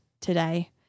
today